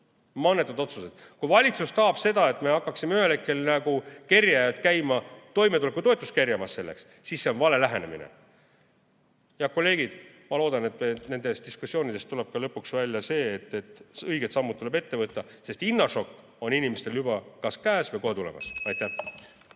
Mannetud otsused! Kui valitsus tahab seda, et me hakkaksime ühel hetkel nagu kerjajad käima toimetulekutoetust kerjamas, siis see on vale lähenemine. Head kolleegid! Ma loodan, et nendes diskussioonides tuleb lõpuks välja see, et õiged sammud tuleb ette võtta, sest hinnašokk on inimestel juba kas käes või kohe tulemas. Aitäh!